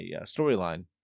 storyline